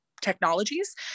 technologies